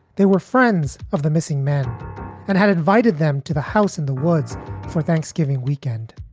they were friends of the missing men and had invited them to the house in the woods for thanksgiving weekend